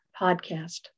podcast